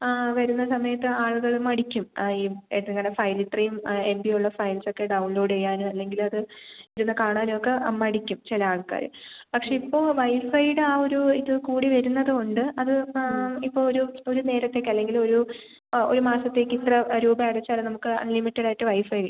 ആ വരുന്ന സമയത്ത് ആളുകൾ മടിക്കും ആ ഈ നിങ്ങളുടെ ഫയൽ ഇത്രയും എം ബി ഉള്ള ഫയൽസൊക്കെ ഡൗൺലോഡ് ചെയ്യാനും അല്ലെങ്കിൽ അത് ഇരുന്ന് കാണാനും ഒക്കെ മടിക്കും ചില ആൾക്കാർ പക്ഷെ ഇപ്പോൾ വൈഫൈയുടെ ആ ഒരു ഇത് കൂടി വരുന്നതുകൊണ്ട് അത് ആ ഇപ്പോൾ ഒരു ഒരു നേരത്തേക്ക് അല്ലെങ്കിൽ ഒരു ആ ഒരു മാസത്തേക്ക് ഇത്ര രൂപ അടച്ചാൽ നമുക്ക് അൺലിമിറ്റഡായിട്ട് വൈഫൈ കിട്ടും